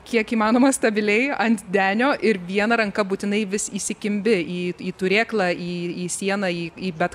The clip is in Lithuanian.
kiek įmanoma stabiliai ant denio ir viena ranka būtinai vis įsikimbi į į turėklą į į sieną į į bet